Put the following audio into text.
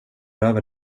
över